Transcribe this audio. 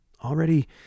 Already